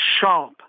sharp